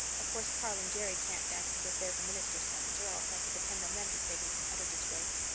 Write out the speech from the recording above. of course carl and jerry can't dance because they're the minister's sons, or else i could depend on them to save me from utter disgrace.